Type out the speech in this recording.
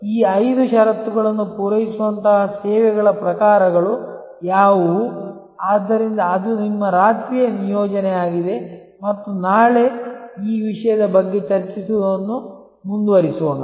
ಈ ಐದು ಷರತ್ತುಗಳನ್ನು ಪೂರೈಸುವಂತಹ ಸೇವೆಗಳ ಪ್ರಕಾರಗಳು ಯಾವುವು ಆದ್ದರಿಂದ ಅದು ನಿಮ್ಮ ರಾತ್ರಿಯ ನಿಯೋಜನೆಯಾಗಿದೆ ಮತ್ತು ನಾಳೆ ಈ ವಿಷಯದ ಬಗ್ಗೆ ಚರ್ಚಿಸುವುದನ್ನು ಮುಂದುವರಿಸೋಣ